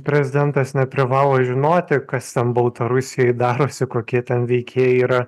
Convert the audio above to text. prezidentas neprivalo žinoti kas ten baltarusijoj darosi kokie ten veikėjai yra